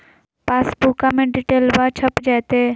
पासबुका में डिटेल्बा छप जयते?